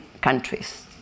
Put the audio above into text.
countries